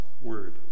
Word